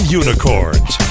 unicorns